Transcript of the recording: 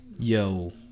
Yo